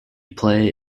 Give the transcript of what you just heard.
play